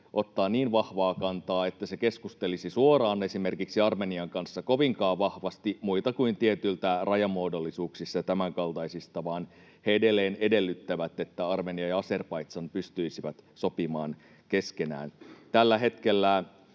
ottaa niin vahvaa kantaa, että se keskustelisi suoraan esimerkiksi Armenian kanssa kovinkaan vahvasti muista kuin tietyistä rajamuodollisuuksista ja tämänkaltaisista, vaan he edelleen edellyttävät, että Armenia ja Azerbaidžan pystyisivät sopimaan keskenään. Tällä hetkellä